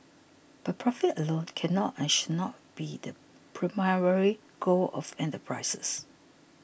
but profit alone cannot and should not be the primary goal of enterprises